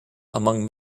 among